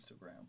Instagram